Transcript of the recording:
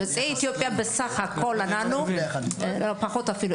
יוצאי אתיופיה, בסך הכול אנחנו פחות אפילו.